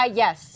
yes